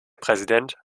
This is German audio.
präsident